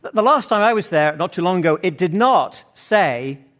but the last time i was there not too long ago, it did not say